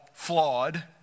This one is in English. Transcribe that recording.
flawed